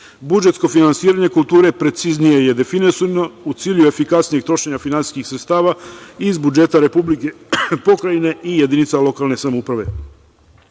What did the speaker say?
finansiranje kulture preciznije je definisano, u cilju efikasnijeg trošenja finansijskih sredstava iz budžeta Republike, pokrajine i jedinica lokalne samouprave. Pošto